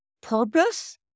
purpose